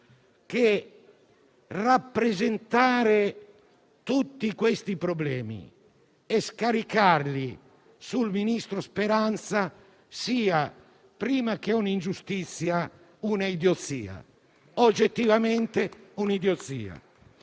che rappresentare tutti questi problemi e scaricarli sul ministro Speranza sia, prima che un'ingiustizia, oggettivamente un'idiozia.